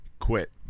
Quit